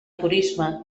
turisme